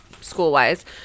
school-wise